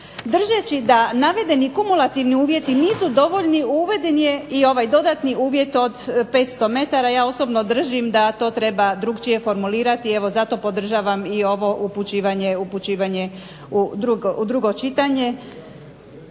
Držeći da navedeni kumulativni uvjeti nisu dovoljni uveden je i ovaj dodatni uvjet od 500 metara, ja osobno držim da to treba drukčije formulirati, evo zato podržavam i ovo upućivanje u drugo čitanje.